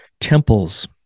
temples